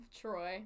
Troy